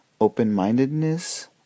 open-mindedness